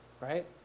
right